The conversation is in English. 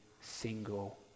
single